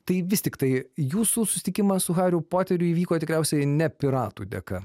tai vis tiktai jūsų susitikimas su hariu poteriu įvyko tikriausiai ne piratų dėka